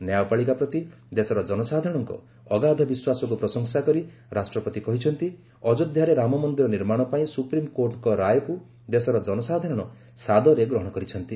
ନ୍ୟାୟପାଳିକା ପ୍ରତି ଦେଶର ଜନସାଧାରଣଙ୍କ ଅଗାଧ ବିଶ୍ୱାସକୁ ପ୍ରଶଂସା କରି ରାଷ୍ଟ୍ରପତି କହିଛନ୍ତି ଅଯୋଧ୍ୟାରେ ରାମମନ୍ଦିର ନିର୍ମାଣ ପାଇଁ ସୁପ୍ରିମ୍କୋର୍ଟଙ୍କ ରାୟକୁ ଦେଶର ଜନସାଧାରଣ ସାଦରେ ଗ୍ରହଣ କରିଛନ୍ତି